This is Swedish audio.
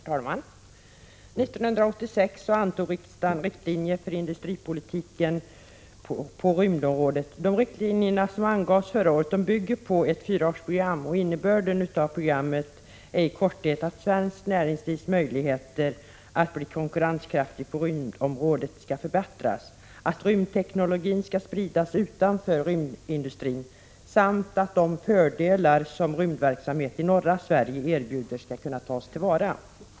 Herr talman! 1986 antog riksdagen riktlinjer för industripolitiken på rymdområdet. Riktlinjerna bygger på ett fyraårsprogram. Innebörden av programmet är i korthet att svenskt näringslivs möjligheter att bli konkurrenskraftigt på rymdområdet skall förbättras, att rymdteknologin skall spridas utanför rymdindustrin samt att de fördelar som rymdverksamhet i norra Sverige erbjuder skall tas till vara.